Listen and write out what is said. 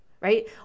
right